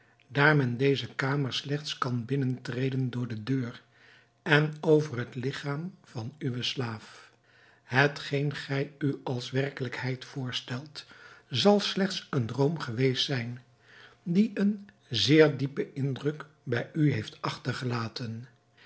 daar men deze kamer slechts kan binnentreden door de deur en over het ligchaam van uwen slaaf hetgeen gij u als werkelijkheid voorstelt zal slechts een droom geweest zijn die een zeer diepen indruk bij u heeft achtergelaten